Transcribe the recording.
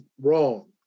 wrong